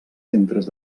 centres